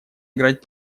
играть